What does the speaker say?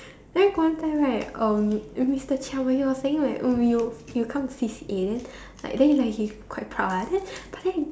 then got one time right um Mister Chia when he were saying like uh you you'll come to C_C_A like then like he's quite proud ah then but then he